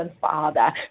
Father